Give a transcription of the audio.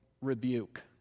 rebuke